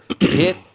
hit